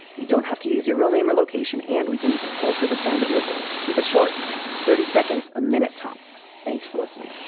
you don't have to use your real name or location and we can even alter the sound of your voice. keep it short thirty seconds a minute, tops. thanks for listening